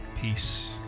peace